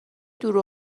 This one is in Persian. دور